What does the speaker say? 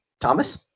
Thomas